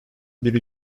bir